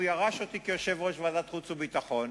הוא ירש אותי בתפקיד יושב-ראש ועדת החוץ והביטחון,